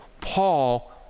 Paul